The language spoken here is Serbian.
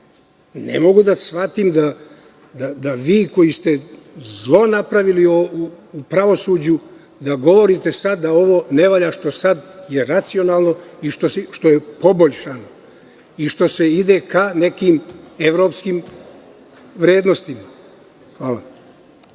Ne mogu da shvatim da vi koji ste napravili zlo u pravosuđu, da govorite sad da ovo ne valja što je sada racionalno i što je poboljšano i što se ide ka nekim evropskim vrednostima. Hvala